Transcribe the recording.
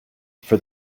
for